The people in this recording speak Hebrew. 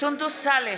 סונדוס סאלח,